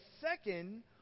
second